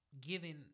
giving